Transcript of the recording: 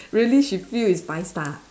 really she feel is five star